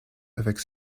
avec